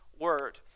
word